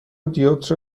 دیوپتر